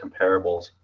comparables